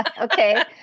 Okay